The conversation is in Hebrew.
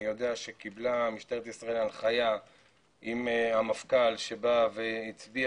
אני יודע שמשטרת ישראל קיבלה הנחיה עם המפכ"ל שבא והצביע